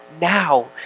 now